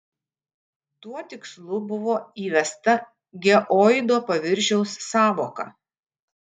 tuo tikslu buvo įvesta geoido paviršiaus sąvoka